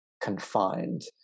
confined